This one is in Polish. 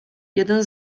jeden